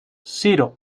zero